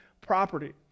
property